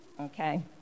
okay